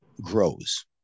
grows